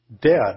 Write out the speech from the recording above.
Dead